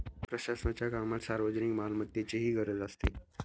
प्रशासनाच्या कामात सार्वजनिक मालमत्तेचीही गरज असते